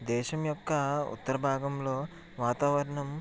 దేశం యొక్క ఉత్తర భాగంలో వాతావరణం